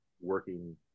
working